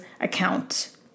account